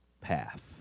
path